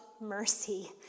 mercy